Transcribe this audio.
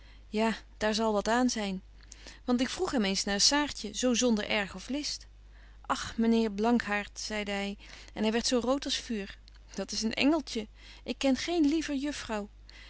ja daar zal wat aan zyn want ik vroeg hem eens naar saartje zo zonder erg of list och myn heer blankaart zeide hy en hy werdt zo rood als vuur dat is een engeltje ik ken geen liever juffrouw